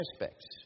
aspects